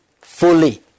fully